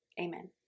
Amen